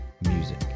music